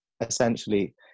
essentially